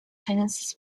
silence